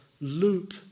loop